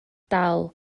dal